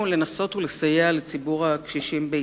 לנסות ולסייע לציבור הקשישים בישראל.